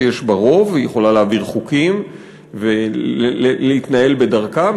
שיש בה רוב והיא יכולה להעביר חוקים ולהתנהל בדרכה,